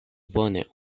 bone